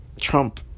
Trump